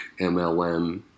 MLM